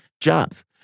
jobs